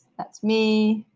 that's me,